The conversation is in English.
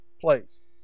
place